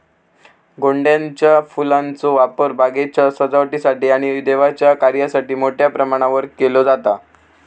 गोंड्याच्या फुलांचो वापर बागेच्या सजावटीसाठी आणि देवाच्या कार्यासाठी मोठ्या प्रमाणावर केलो जाता